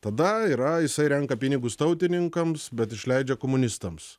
tada yra jisai renka pinigus tautininkams bet išleidžia komunistams